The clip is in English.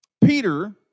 Peter